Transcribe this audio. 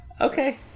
Okay